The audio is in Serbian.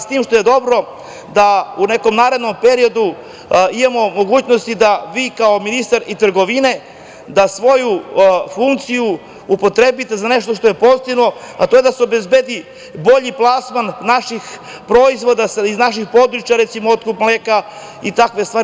S tim što je dobro da u nekom narednom periodu imamo mogućnosti da vi kao ministar i trgovine da svoju funkciju upotrebite za nešto što je pozitivno, a to je da se obezbedi bolji plasman naših proizvoda iz naših područja, recimo otkup mleka, i takve stvari.